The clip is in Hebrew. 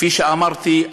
כפי שאמרתי,